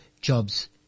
jobs